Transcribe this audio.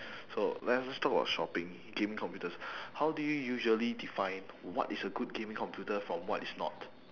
so let us just talk about shopping gaming computers how do you usually define what is a good gaming computer from what is not